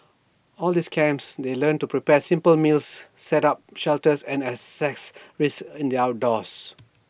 all these camps they learn to prepare simple meals set up shelters and assess risks in the outdoors